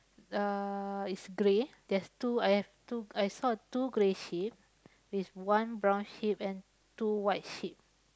uh it's grey there's two I have two I saw two grey sheep with one brown sheep and two white sheep